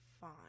fine